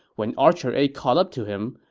when archer a caught up to him,